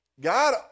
God